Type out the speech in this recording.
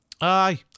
Aye